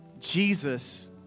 Jesus